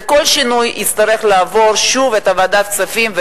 וכל שינוי יצטרך לעבור שוב את ועדת הכספים,